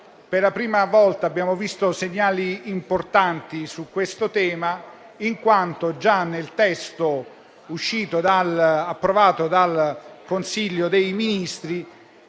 per la prima volta, abbiamo visto segnali importanti su questo tema, in quanto già nel testo approvato dal Consiglio dei ministri